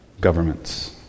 governments